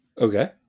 Okay